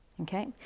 Okay